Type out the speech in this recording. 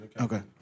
Okay